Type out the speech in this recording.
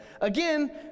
Again